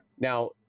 Now